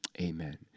amen